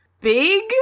big